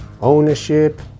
ownership